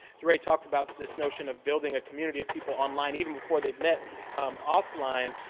deray talked about this notion of building a community of people online, even before they've met offline.